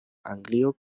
anglio